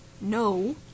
no